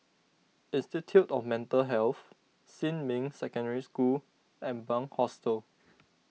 Institute of Mental Health Xinmin Secondary School and Bunc Hostel